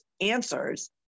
answers